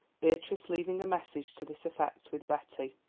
beatrice leaving a message to this effect with betty.